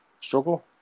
struggle